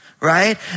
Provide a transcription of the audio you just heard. right